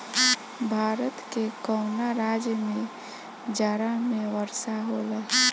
भारत के कवना राज्य में जाड़ा में वर्षा होला?